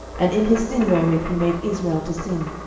and in his sin wherewith he made israel to sin,